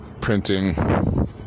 printing